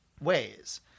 ways